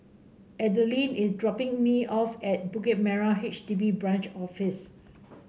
Adalynn is dropping me off at Bukit Merah H D B Branch Office